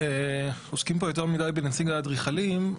עוסקים יותר מדי בנציג האדריכלים,